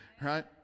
right